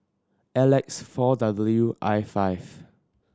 L X four W I five